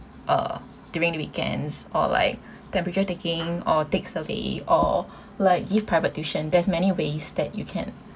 uh during the weekends or like temperature taking or take survey or like give private tuition there's many ways that you can